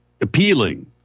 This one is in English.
Appealing